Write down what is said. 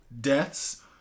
deaths